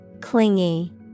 Clingy